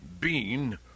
bean